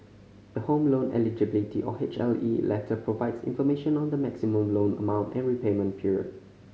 the Home Loan Eligibility or H L E letter provides information on the maximum loan amount and repayment period